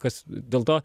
kas dėl to